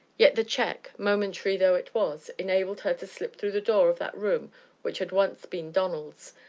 yet the check, momentary though it was, enabled her to slip through the door of that room which had once been donald's,